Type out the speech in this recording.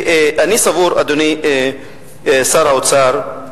אני סבור, אדוני שר האוצר,